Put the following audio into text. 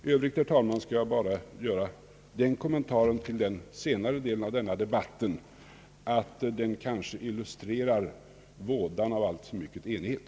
I övrigt, herr talman, skall jag bara göra den kommentaren till den senare delen av denna debatt, att den kanske illustrerar vådan av alltför stor enighet.